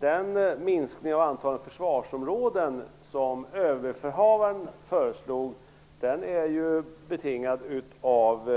Den minskning av antalet försvarsområden som Överbefälhavaren föreslog är ju betingad av